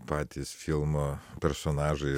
patys filmo personažai